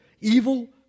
Evil